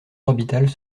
orbitales